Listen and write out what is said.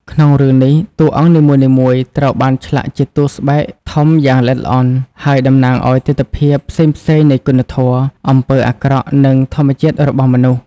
ក្នុងរឿងនេះតួអង្គនីមួយៗត្រូវបានឆ្លាក់ជាតួស្បែកធំយ៉ាងល្អិតល្អន់ ហើយតំណាងឱ្យទិដ្ឋភាពផ្សេងៗនៃគុណធម៌ អំពើអាក្រក់ និងធម្មជាតិរបស់មនុស្ស ។